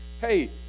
Hey